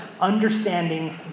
understanding